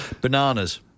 bananas